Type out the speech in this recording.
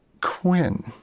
Quinn